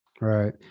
right